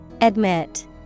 Admit